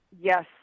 Yes